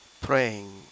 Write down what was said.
praying